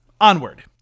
onward